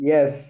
Yes